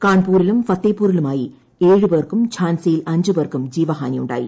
കാൺപൂരിലും ഫത്തേപ്പൂരിലുമായി ഏഴുപേർക്കും ഝാൻസിയിൽ അഞ്ചു പേർക്കും ജീവഹാനി ഉണ്ടായി